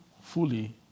fully